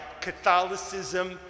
Catholicism